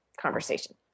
conversation